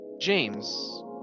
James